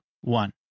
one